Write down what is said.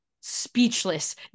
speechless